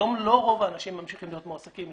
היום לא רוב האנשים ממשיכים להיות מועסקים.